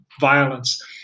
violence